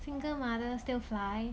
single mother still fly